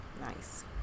Nice